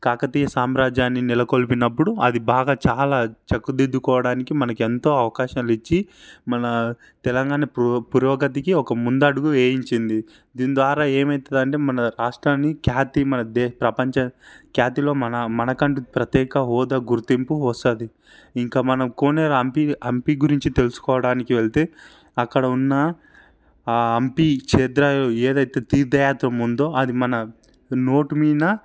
కాకతీయ సామ్రాజ్యాన్ని నెలకొల్పినపుడు అది బాగా చాలా చక్కదిద్దుకోవడానికి మనకెంతో అవకాశాలు ఇచ్చి మన తెలంగాణ పురో పురోగతికి ఒక ముందడుగు వేయించింది దీని ద్వారా ఏమవుతుందంటే మన రాష్ట్రాన్ని ఖ్యాతి మన ప్రపంచ ఖ్యాతిలో మన మనకంటూ ప్రత్యేక హోదా గుర్తింపు వస్తుంది ఇంకా మనం కోనేరు హంపి హంపి గురించి తెలుసుకోవడానికి వెళితే అక్కడ ఉన్న ఆ హంపి క్షేత్రము ఏదైతే తీర్థయాత్ర ఉందో అది మన నోటు మీద